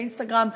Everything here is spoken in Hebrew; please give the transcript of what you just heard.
באינסטגרם,